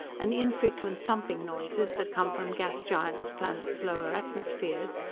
and the infrequent thumping noises that come from gas-giant planets' lower atmospheres,